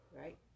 right